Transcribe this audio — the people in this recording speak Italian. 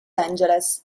angeles